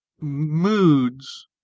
moods